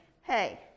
hey